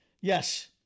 Yes